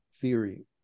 theory